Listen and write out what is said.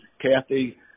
kathy